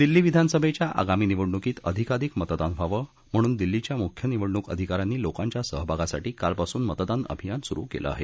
दिल्ली विधानसभेच्या आगामी निवडणुकीत अधिकाधिक मतदान व्हावं म्हणून दिल्लीच्या मुख्य निवडणूक अधिकाऱ्यांनी लोकांच्या सहभागासाठी कालपासून मतदान अभियान सुरु केलं आहे